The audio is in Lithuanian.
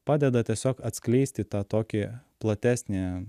padeda tiesiog atskleisti tą tokį platesnį